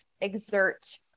exert